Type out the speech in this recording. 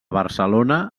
barcelona